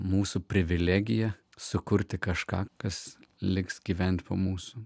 mūsų privilegija sukurti kažką kas liks gyventi po mūsų